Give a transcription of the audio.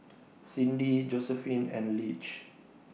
Cindi Josephine and Lige